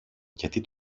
γιατί